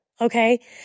okay